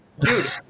Dude